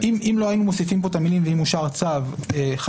אם לא היינו מוסיפים פה את המילים 'ואם אושר צו - חייב',